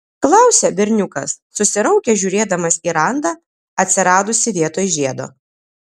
klausia berniukas susiraukęs žiūrėdamas į randą atsiradusį vietoj žiedo